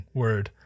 word